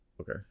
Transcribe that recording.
okay